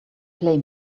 play